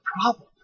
problem